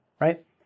right